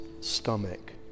stomach